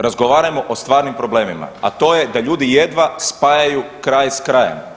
Razgovarajmo o stvarnim problemima, a to je da ljudi jedva spajaju kraj s krajem.